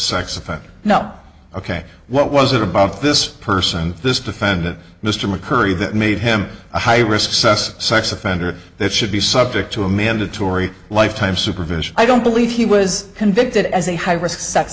sex offender not ok what was it about this person this defendant mr mccurry that made him a high risk assessor sex offender that should be subject to a mandatory lifetime supervision i don't believe he was convicted as a high risk sex